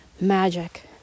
magic